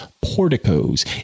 porticos